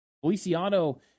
Feliciano